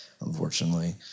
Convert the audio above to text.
unfortunately